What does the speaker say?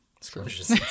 Scrumptious